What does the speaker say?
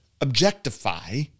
objectify